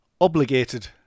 obligated